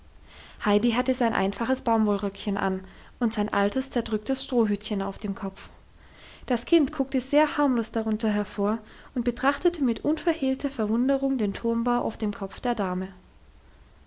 heidi hatte sein einfaches baumwollröckchen an und sein altes zerdrücktes strohhütchen auf dem kopf das kind guckte sehr harmlos darunter hervor und betrachtete mit unverhehlter verwunderung den turmbau auf dem kopf der dame